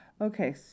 Okay